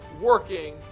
working